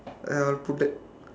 ya I will put that